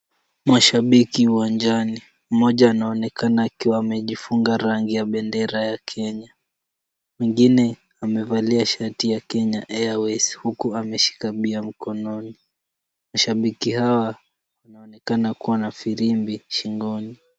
Mashabiki uwanjani, moja anaonekana akiwa amejifunga rangi ya bendera ya Kenya. Mwingine amevalia shati ya Kenya Airways, huku ameshika pia mkononi. Mashabiki hawa, wanaonekana kuwa na firimbi, shingoni.